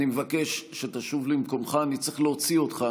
אני מבקש שתשוב למקומך, אני צריך להוציא אותך.